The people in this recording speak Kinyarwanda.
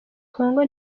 kongo